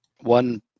one